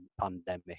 pandemic